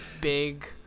big